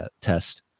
test